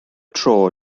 tro